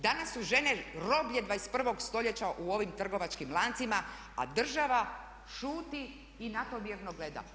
Danas su žene roblje 21. stoljeća u ovim trgovačkim lancima a država šuti i na to mirno gleda.